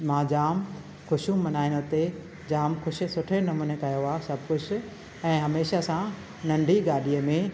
मां जाम ख़ुशियूं मल्हाइणु हुते जाम कुझु सुठे नमूने कयो आहे सभु कुझु ऐं हमेशह सां नंढी गाॾीअ में